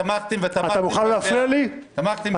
אתם שמחתם ותמכתם בזה.